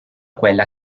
quella